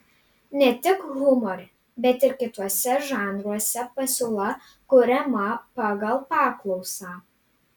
ne tik humore bet ir kituose žanruose pasiūla kuriama pagal paklausą